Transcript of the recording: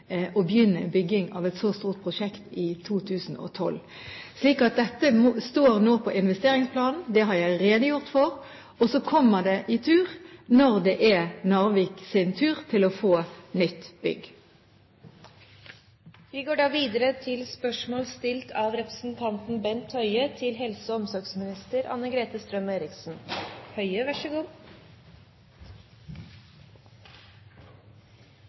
å begynne bygging av et så stort prosjekt i 2012. Dette står nå på investeringsplanen, det har jeg redegjort for, og så kommer det når det er Narviks tur til å få nytt bygg. «Det er behov for akutte løsninger for å sikre utdannede leger raskere tilgang til turnusplasser. Samtidig står plasser ubrukte og